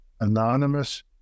anonymous